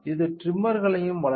இது டிரிம்மர்களையும் வழங்குகிறது